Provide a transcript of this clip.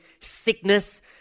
sickness